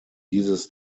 dieses